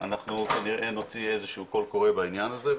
אנחנו כנראה נוציא איזה שהוא קול קורא בעניין הזה,